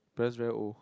parents very old